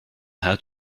how